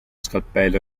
scalpello